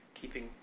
keeping